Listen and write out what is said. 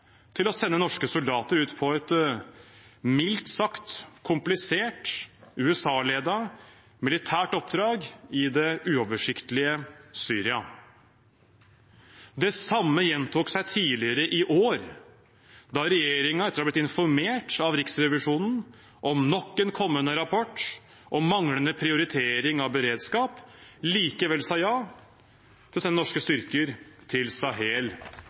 til å sende norske soldater ut på et mildt sagt komplisert USA-ledet militært oppdrag i det uoversiktlige Syria. Det samme gjentok seg tidligere i år da regjeringen, etter å ha bli informert av Riksrevisjonen om nok en kommende rapport om manglende prioritering av beredskap, likevel sa ja til å sende norske styrker til Sahel